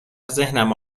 ذهنم